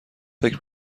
فکر